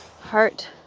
Heart